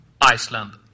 Iceland